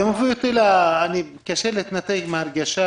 זה מביא אותי לומר, קשה להתנתק מן ההרגשה